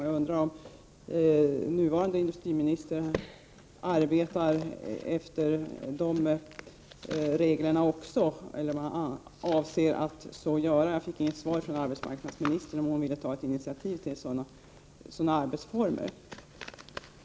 Jag undrar om den nuvarande industriministern också arbetar efter de reglerna eller om han avser att göra det. Jag fick inte något svar från arbetsmarknadsministern på frågan om hon ville ta ett initiativ till sådana arbetsformer.